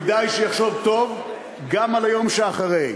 כדאי שיחשוב טוב גם על היום שאחרי.